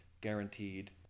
guaranteed